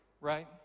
right